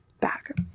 back